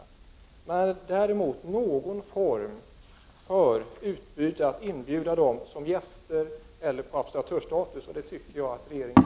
Däremot vill jag gärna se någon form av utbyte: att de baltiska staterna inbjuds som gäster till Nordiska rådet eller erhåller observatörstatus där.